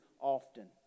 often